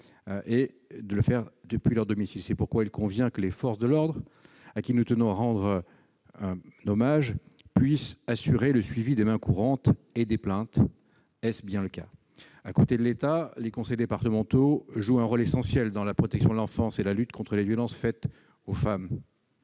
de se signaler depuis leur domicile. C'est pourquoi il convient que les forces de l'ordre, auxquelles nous tenons à rendre hommage, puissent assurer le suivi des mains courantes et des plaintes. Est-ce bien le cas ? À côté de l'État, les conseils départementaux jouent un rôle essentiel dans la protection de l'enfance et la lutte contre les violences faites aux femmes